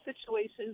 situations